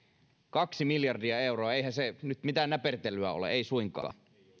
kaksi miljardia euroa eihän se nyt mitään näpertelyä ole ei suinkaan